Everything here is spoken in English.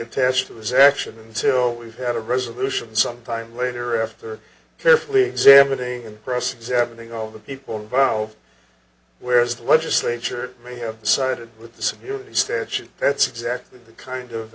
attached to this action until we've had a resolution sometime later after carefully examining cross examining all the people involved whereas the legislature may have sided with the security statute that's exactly the kind of